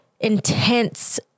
intense